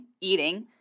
eating